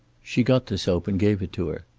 she got the soap and gave it to her.